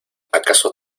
acaso